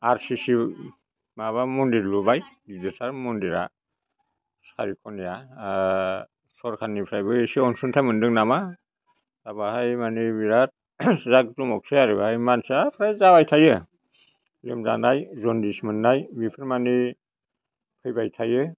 RCC माबा मन्दिर लुबाय गिदिरथार मन्दिरा सारि ख'निया सरकारनिफ्रायबो एसे अनसुंथाय मोनदों नामा दा बाहाय माने बिराद जा गोबावसै आरो बाहाय मानसिया फ्राय जाबाय थायो लोमजानाय जनदिस मोन्नाय बेफोरमानि फैबाय थायो